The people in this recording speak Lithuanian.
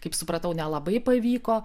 kaip supratau nelabai pavyko